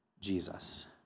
Jesus